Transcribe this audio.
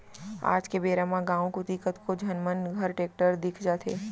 आज के बेरा म गॉंव कोती कतको झन मन घर टेक्टर दिख जाथे